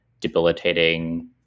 debilitating